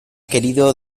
querido